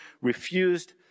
refused